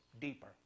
deeper